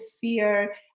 fear